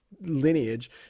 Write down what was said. Lineage